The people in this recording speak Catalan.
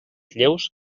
lleus